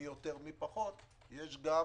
מי יותר מי פחות יש גם